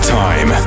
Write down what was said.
time